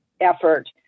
effort